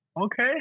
okay